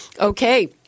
Okay